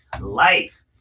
life